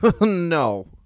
No